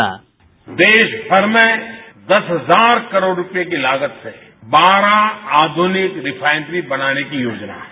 bite देश भर में दस हजार करोड़ रूपये की लागत से बारह आधुनिक रिफाइनरी बनाने की योजनाहै